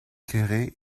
quéré